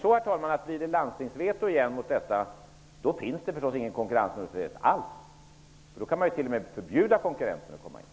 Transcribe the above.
Om det åter blir landstingsveto mot privata etableringar blir det naturligtvis ingen konkurrensneutralitet alls. Då kan man t.o.m. förbjuda konkurrenter att etablera sig.